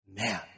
man